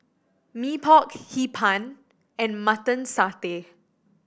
Mee Pok Hee Pan and Mutton Satay